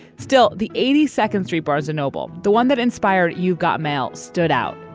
still, the eighty second three balzano bill, the one that inspired you, got mail stood out.